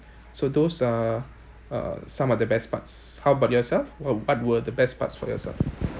so those are are some of the best parts how bout yourself what what were the best parts for yourself